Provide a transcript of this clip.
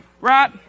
right